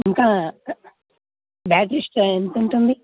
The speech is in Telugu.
ఇంకా బ్యాటరీ స్ట్రె ఎంతుంటుంది